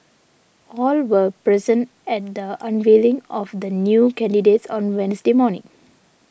all were present at the unveiling of the new candidates on Wednesday morning